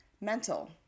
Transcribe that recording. mental